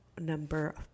number